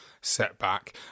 setback